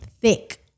thick